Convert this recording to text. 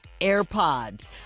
AirPods